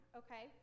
okay